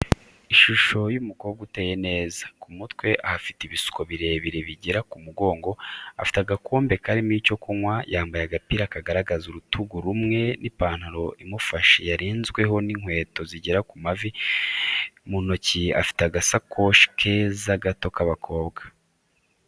Ishusho y'umukobwa uteye neza, ku mutwe ahafite ibisuko birebire bigera mu mugongo, afite agakombe karimo icyo kunywa, yambaye agapira kagaragaza urutugu rumwe n'ipantaro imufashe yarenzweho n'inkweto zigera mu mavi, mu ntoki afite agasakoshi keza gato k'abakobwa.